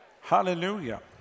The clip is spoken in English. Hallelujah